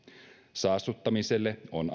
saastuttamiselle on